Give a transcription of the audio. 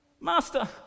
Master